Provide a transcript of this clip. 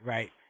Right